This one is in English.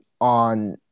on